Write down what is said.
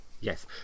Yes